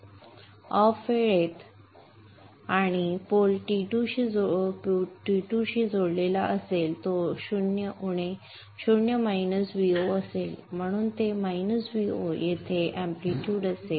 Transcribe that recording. OFF वेळेत आणि pole T2 शी जोडलेला असेल तो 0 उणे Vo असेल म्हणून ते Vo येथे एम्पलीट्यूड असेल